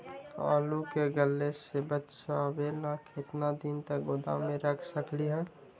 आलू के गले से बचाबे ला कितना दिन तक गोदाम में रख सकली ह?